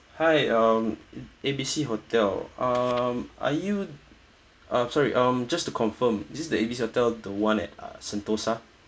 hi um A B C hotel uh are you uh sorry um just to confirm is this the A B C hotel the one at sentosa